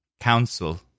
council